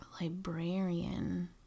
Librarian